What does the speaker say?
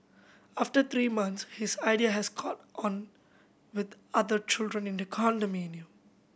after three months his idea has caught on with other children in the condominium